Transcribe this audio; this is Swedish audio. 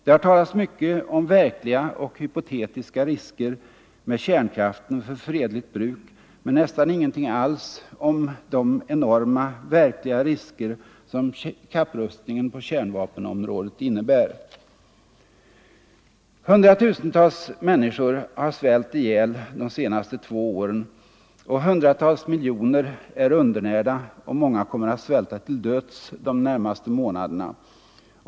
Det har talats mycket om verkliga och hypotetiska risker med kärnkraften för fredligt bruk men nästan ingenting alls om de enorma verkliga risker som kapprustningen på kärnvapenområdet innebär. Hundratusentals människor har svultit ihjäl de senaste två åren, och hundratals miljoner är undernärda och många kommer att svälta till döds de närmaste månaderna.